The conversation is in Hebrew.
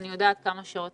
אני יודעת כמה שעות,